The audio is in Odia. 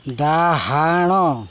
ଡାହାଣ